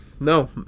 No